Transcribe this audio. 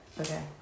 Okay